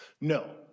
No